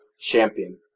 champion